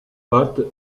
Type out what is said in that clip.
pâtes